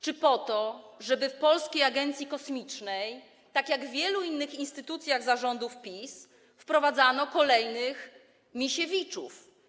Czy po to, żeby do Polskiej Agencji Kosmicznej, tak jak do wielu innych instytucji za rządów PiS, wprowadzano kolejnych Misiewiczów?